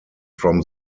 from